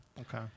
Okay